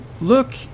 look